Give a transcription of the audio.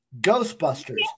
ghostbusters